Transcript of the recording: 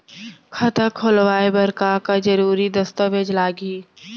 खाता खोलवाय बर का का जरूरी दस्तावेज लागही?